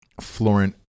Florent